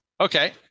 Okay